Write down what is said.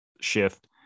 shift